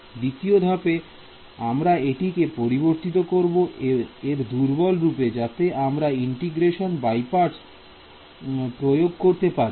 দ্বিতীয় ধাপে আমরা এটিকে পরিবর্তিত করব এর দুর্বল রূপে যাতে আমরা ইন্টিগ্রেশন বাই পার্টস প্রয়োগ করতে পারি